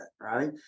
right